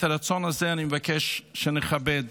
את הרצון הזה אני מבקש שנכבד